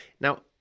now